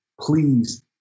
Please